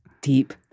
deep